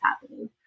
happening